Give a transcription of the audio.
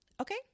Okay